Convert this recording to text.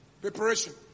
Preparation